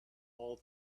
all